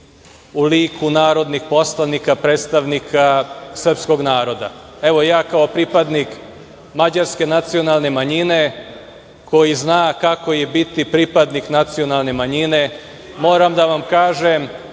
u liku narodnih poslanika, predstavnika srpskog naroda. Evo ja kao pripadnik mađarske nacionalne manjine, koji zna kako je biti pripadnik nacionalne manjine moram da vam kažem